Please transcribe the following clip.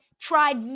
Tried